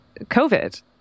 COVID